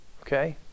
Okay